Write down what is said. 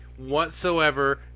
whatsoever